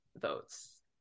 votes